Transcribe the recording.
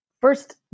first